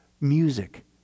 music